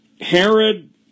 Herod